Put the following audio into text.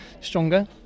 stronger